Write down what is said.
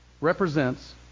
represents